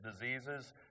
diseases